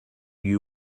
you